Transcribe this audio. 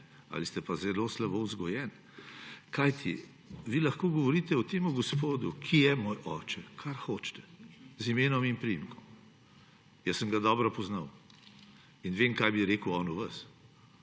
ali pa ste zelo slabo vzgojeni. Vi lahko govorite o tem gospodu, ki je moj oče, kar hočete, z imenom in priimkom, jaz sem ga dobro poznal in vem, kaj bi rekel on o vas,